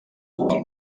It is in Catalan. pel